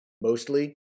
mostly